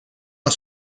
las